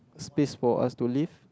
space for us to live